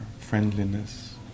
friendliness